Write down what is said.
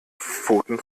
pfoten